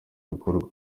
bikorwa